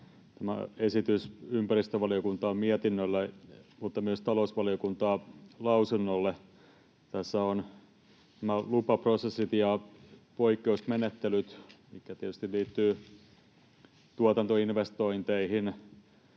on tulossa ympäristövaliokuntaan mietinnölle mutta myös talousvaliokuntaan lausunnolle. Tässä ovat nämä lupaprosessit ja poikkeusmenettelyt, mitkä tietysti liittyvät tuotantoinvestointeihin.